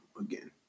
again